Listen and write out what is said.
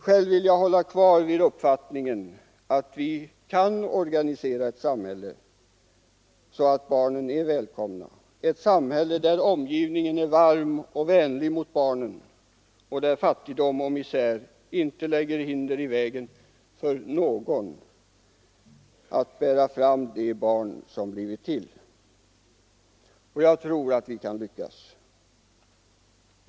Själv vill jag hålla fast vid uppfattningen att vi kan organisera ett samhälle där barnen är välkomna, ett samhälle där omgivningen är varm och vänlig mot barnen och där fattigdom och misär inte lägger hinder i vägen för någon att bära fram det barn som har blivit till. Och jag tror att vi kan lyckas.